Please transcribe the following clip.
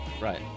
right